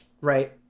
right